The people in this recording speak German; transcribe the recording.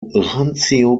randzio